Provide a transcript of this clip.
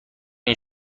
این